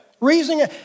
Reasoning